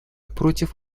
против